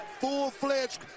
full-fledged